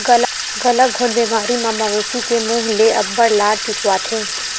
गलाघोंट बेमारी म मवेशी के मूह ले अब्बड़ लार चुचवाथे